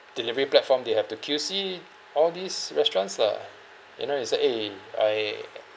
delivery platform they have to queue see all these restaurants lah you know it's like eh I